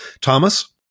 Thomas